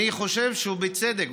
אני חושב שהוא צודק.